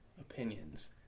opinions